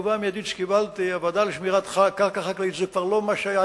התגובה המיידית שקיבלתי: הוועדה לשמירת קרקע חקלאית זה כבר לא מה שהיה,